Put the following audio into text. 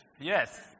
Yes